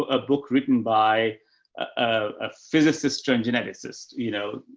a book written by a physicist, geneticist. you know,